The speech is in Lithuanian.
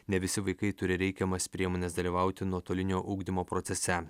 ne visi vaikai turi reikiamas priemones dalyvauti nuotolinio ugdymo procese